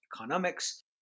Economics